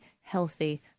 healthy